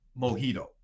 mojito